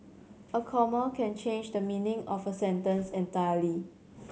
a comma can change the meaning of a sentence entirely